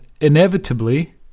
Inevitably